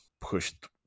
pushed